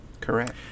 Correct